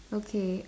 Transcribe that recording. okay